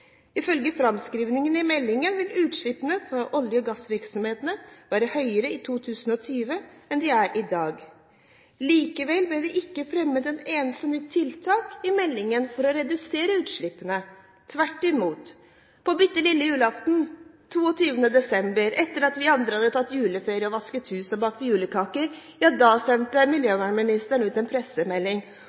Ifølge framskrivingen i meldingen vil utslippene fra olje- og gassvirksomheten være høyere i 2020 enn de er i dag. Likevel ble det ikke fremmet et eneste nytt tiltak i meldingen for å redusere utslippene – tvert imot. På bitte lille julaften, 22. desember, etter at vi andre hadde tatt juleferie, vasket hus og bakt julekaker, sendte miljøvernministeren ut en pressemelding